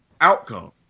outcome